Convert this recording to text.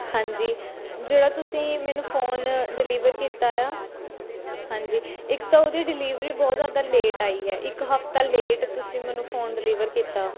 ਹਾਂਜੀ ਜਿਹੜਾ ਤੁਸੀਂ ਮੈਨੂੰ ਫੋਨ ਡਿਲੀਵਰ ਕੀਤਾ ਏ ਆ ਹਾਂਜੀ ਇੱਕ ਤਾਂ ਉਹਦੀ ਡਿਲੀਵਰੀ ਬਹੁਤ ਜ਼ਿਆਦਾ ਲੇਟ ਆਈ ਹੈ ਇੱਕ ਹਫਤਾ ਲੇਟ ਤੁਸੀਂ ਮੈਨੂੰ ਫੋਨ ਡਿਲੀਵਰ ਕੀਤਾ